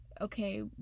okay